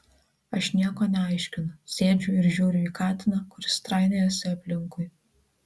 aš nieko neaiškinu sėdžiu ir žiūriu į katiną kuris trainiojasi aplinkui